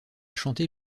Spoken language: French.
chanté